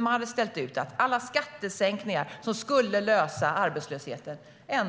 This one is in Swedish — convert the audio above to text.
Man hade ställt ut löften om att alla skattesänkningar skulle lösa problemet med arbetslösheten.